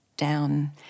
down